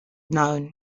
known